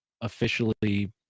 officially